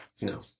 no